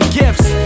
gifts